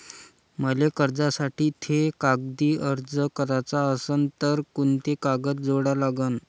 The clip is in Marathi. मले कर्जासाठी थे कागदी अर्ज कराचा असन तर कुंते कागद जोडा लागन?